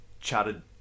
Chatted